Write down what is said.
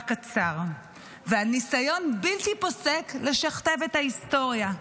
קצר ועל ניסיון בלתי פוסק לשכתב את ההיסטוריה.